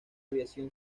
aviación